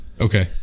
okay